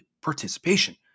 participation